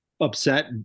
upset